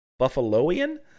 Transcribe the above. Buffaloian